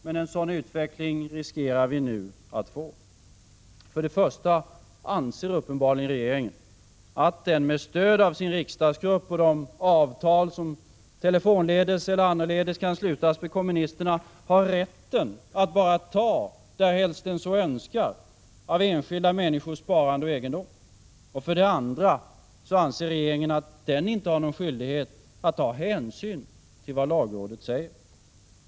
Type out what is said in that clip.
Men en sådan utveckling riskerar vi nu att få. För det första anser regeringen uppenbarligen att den, med stöd av sin riksdagsgrupp och de avtal som telefonledes eller annorledes kan slutas med kommunisterna, har rätten att bara ta varhelst den så önskar av enskilda människors sparande och egendom. För det andra anser regeringen att den inte har någon skyldighet att ta hänsyn till vad lagrådet säger.